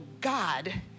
God